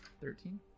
Thirteen